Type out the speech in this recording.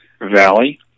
Valley